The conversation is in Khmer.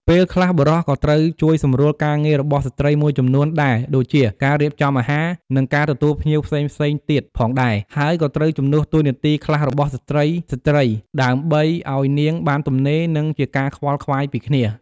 ពេលខ្លះបុរសក៏ត្រូវជួយសម្រួលការងាររបស់ស្ត្រីមួយចំនួនដែលដូចជា ការរៀបចំអាហារ និងការទទួលភ្ញៀវផ្សេងៗទៀតផងដែរ ហើយក៏ត្រូវជំនួសតួនាទីខ្លះរបស់ស្រ្តី ដើម្បីឲ្យនាងបានទំនេរ និងជាការខ្វល់ខ្វាយពីគ្នា។